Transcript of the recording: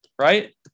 right